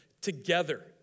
together